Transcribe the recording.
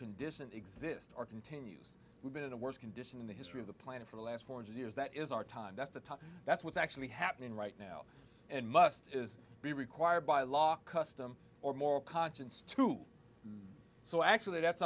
condition exists or continues we've been in a worse condition in the history of the planet for the last forty years that is our time that's the top that's what's actually happening right now and must be required by law custom or moral conscience to so actually that's